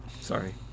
Sorry